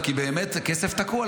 כי באמת זה כסף תקוע,